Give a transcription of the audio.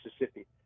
Mississippi